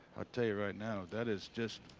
a day. right now, that is just.